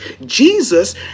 Jesus